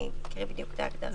אני אקריא בדיוק את ההגדרה.